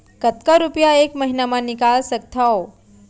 कतका रुपिया एक महीना म निकाल सकथव?